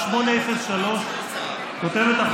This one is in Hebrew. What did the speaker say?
על מי אתה מגן פה?